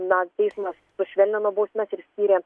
na teismas sušvelnino bausmes ir skyrė